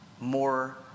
more